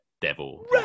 devil